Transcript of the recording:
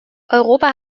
europa